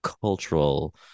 cultural